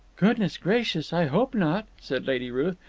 goodness gracious, i hope not! said lady ruth.